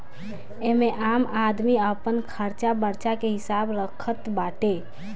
एमे आम आदमी अपन खरचा बर्चा के हिसाब रखत बाटे